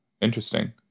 Interesting